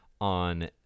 On